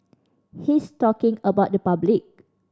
he's talking about the public